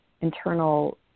internal